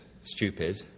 stupid